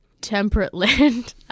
temperate-land